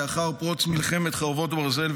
לאחר פרוץ מלחמת חרבות ברזל,